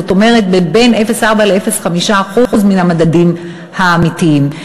זאת אומרת, בין 0.4 ל-0.5 מן המדדים האמיתיים.